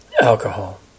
alcohol